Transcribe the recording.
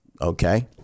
okay